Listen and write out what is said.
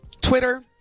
Twitter